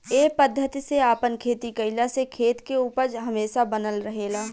ए पद्धति से आपन खेती कईला से खेत के उपज हमेशा बनल रहेला